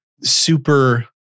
super